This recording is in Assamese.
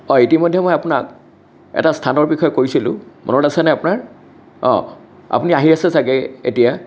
অঁ ইতিমধ্যেই মই আপোনাক এটা স্থানৰ বিষয়ে কৈছিলো মনত আছেনে আপোনাৰ অঁ আপুনি আহি আছে চাগে এতিয়া